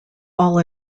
all